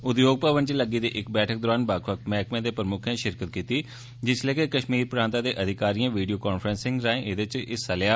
उद्योग भवन च लग्गी दी इस बैठक दौरान बक्ख बक्ख मैह्कमें दे प्रमुक्खें षिरकत कीती जिसलै के कष्मीर प्रांता दे अधिकारिएं वीडियो कांफ्रेंस राएं एह्दे च हिस्सा लेया